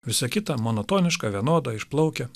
visa kita monotoniška vienoda išplaukę